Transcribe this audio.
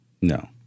No